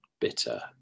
bitter